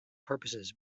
purposes